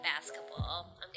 basketball